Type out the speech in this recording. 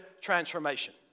transformation